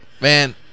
Man